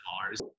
Cars